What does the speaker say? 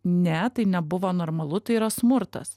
ne tai nebuvo normalu tai yra smurtas